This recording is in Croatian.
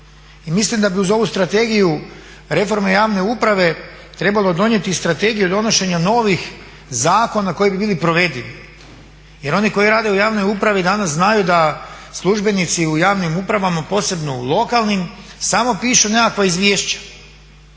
mislim da bi uz ovu strategiju reforme javne uprave trebalo donijeti i strategiju o donošenju novih zakona koji bi bili provedivi. Jer oni koji rade u javnoj upravi danas znaju da službenici u javnim upravama, posebno u lokalnim, samo pišu nekakva izvješća.